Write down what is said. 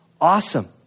awesome